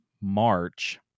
March